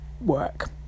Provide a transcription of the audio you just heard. work